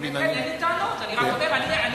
אין לי טענות, אני רק אומר: אני